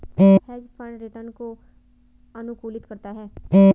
hedge fund return को अनुकूलित करता है